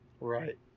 Right